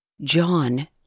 John